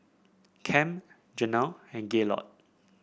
Kem Janell and Gaylord